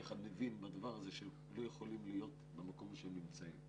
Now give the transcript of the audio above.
רוצים להתייעל בשירות וכל אחד מבין שלא יכולים להיות במקום בו נמצאים.